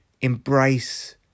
embrace